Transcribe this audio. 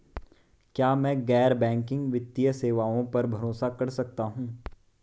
क्या मैं गैर बैंकिंग वित्तीय सेवाओं पर भरोसा कर सकता हूं?